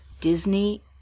Disney